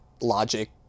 logic